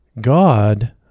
God